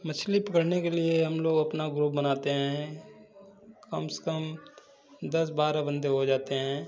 मछली पकड़ने के लिए हम लोग अपना ग्रुप बनाते हैं कम से कम दस बारह बंदे हो जाते हैं